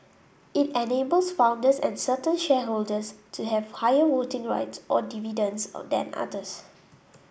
it enables founders and certain shareholders to have higher voting rights or dividends than others